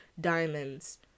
diamonds